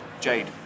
Jade